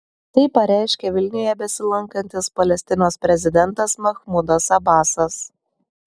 tai pareiškė vilniuje besilankantis palestinos prezidentas mahmudas abasas